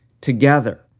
together